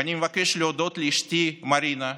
ואני מבקש להודות לאשתי מרינה,